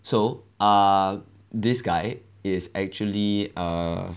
so uh this guy is actually err